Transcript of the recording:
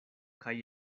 kaj